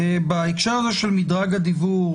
בהקשר הזה של מדרג הדיוור,